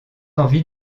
envie